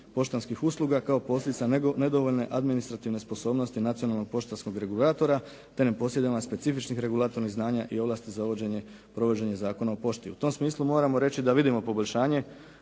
poštanskih usluga kao posljedica nedovoljne administrativne sposobnosti nacionalnog poštanskog regulatora te neposjedovanje specifičnih regulatornih znanja i ovlasti za uvođenje, provođenje Zakona o pošti. U tom smislu moramo reći da vidimo poboljšanje